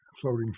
floating